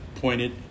pointed